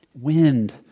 wind